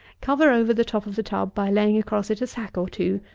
cover over the top of the tub by laying across it a sack or two,